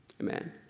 Amen